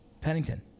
Pennington